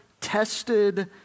tested